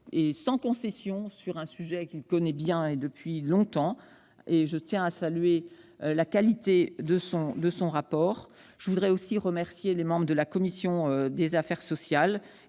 et sans concession sur un sujet qu'il connaît bien et depuis longtemps. Je veux souligner ici la qualité de son rapport. Je voudrais aussi remercier les membres de la commission des affaires sociales